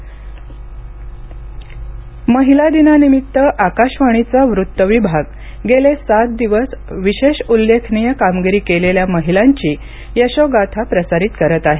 BSF महिला दिन महिला दिनानिमित्त आकाशवाणीचा वृत्त विभाग गेले सात दिवस विशेष उल्लेखनीय कामगिरी केलेल्या महिलांची यशोगाथा प्रसारित करत आहे